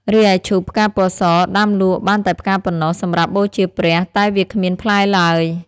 រីឯឈូកផ្កាពណ៌ស ដាំលក់បានតែផ្កាប៉ុណ្ណោះសម្រាប់បូជាព្រះ តែវាគ្មានផ្លែឡើយ ។